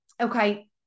Okay